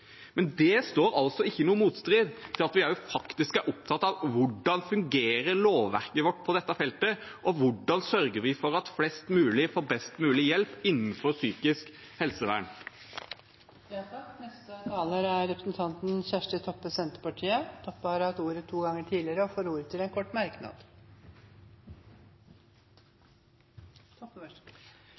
Men det står altså ikke i noen motstrid til at vi også faktisk er opptatt av hvordan lovverket vårt fungerer på dette feltet, og hvordan vi sørger for at flest mulig får best mulig hjelp innenfor psykisk helsevern. Representanten Kjersti Toppe har hatt ordet to ganger tidligere og får ordet til en kort merknad,